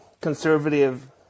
conservative